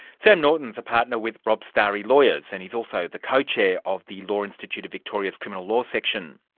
sam norton is a partner with robert stary lawyers, and he's also the co-chair of the law institute of victoria's criminal law section.